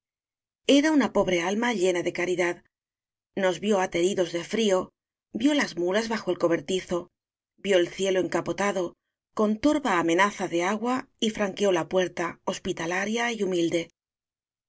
era una pobre alma llena de caridad nos vió ateridos de frío vió las muías bajo el cobertizo vió el cielo encapotado con torva amenaza de agua y franqueó la puer ta hospitalaria y humilde